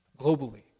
globally